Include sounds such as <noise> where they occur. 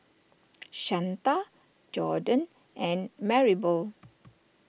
<noise> Shanta Jordon and Maribel